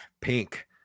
Pink